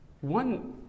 One